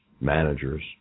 managers